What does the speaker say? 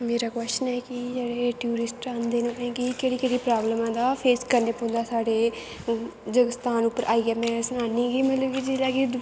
मेरा क्वैश्चन ऐ कि जेह्ड़े टूरिस्ट औंदे न उ'नें गी केह्ड़ी केह्ड़ी प्राबलमें दा फेस करने पौंदा साढ़े जेह्के स्थान उप्पर आइयै में सनानी कि मतलब कि जेह्ड़ा कि